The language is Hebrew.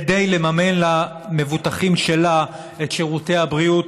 כדי לממן למבוטחים שלה את שירותי הבריאות